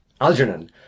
Algernon